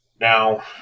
now